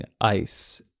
ice